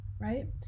right